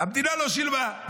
המדינה לא שילמה.